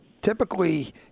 typically